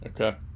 Okay